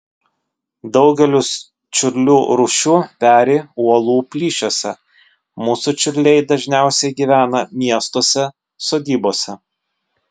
daugelis čiurlių rūšių peri uolų plyšiuose mūsų čiurliai dažniausiai gyvena miestuose sodybose